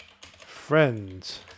friends